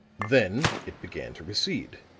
then it began to recede.